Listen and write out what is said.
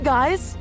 guys